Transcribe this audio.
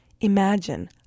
Imagine